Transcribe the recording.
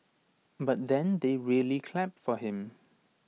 but then they really clapped for him